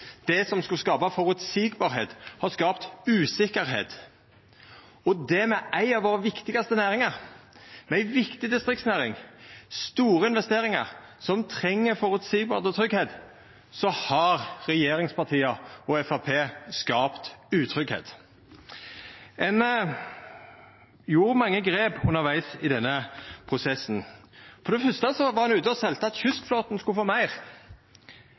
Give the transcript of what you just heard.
Det som skulle skapa føreseielegheit, har skapt utryggleik, og det om ei av våre viktigaste næringar. For ei viktig distriktsnæring – med store investeringar – som treng føreseielegheit og tryggleik, har regjeringspartia og Framstegspartiet skapt utryggleik. Ein gjorde mange grep undervegs i denne prosessen. For det fyrste var ein ute og selde at kystflåten skulle få meir.